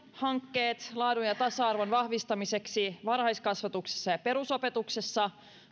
hankkeet laadun ja tasa arvon vahvistamiseksi varhaiskasvatuksessa ja perusopetuksessa